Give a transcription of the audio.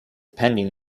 pending